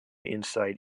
inside